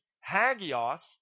hagios